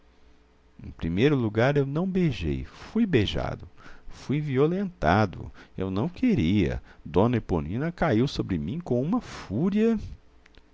em primeiro lugar eu não beijei fui beijado fui violentado eu não queria d eponina caiu sobre mim com uma fúria